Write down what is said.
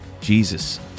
Jesus